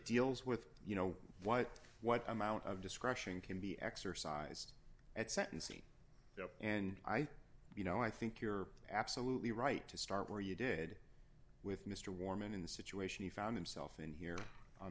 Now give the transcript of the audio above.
deals with you know what what amount of discretion can be exercised at sentencing and i think you know i think you're absolutely right to start where you did with mr warman in the situation he found himself in here on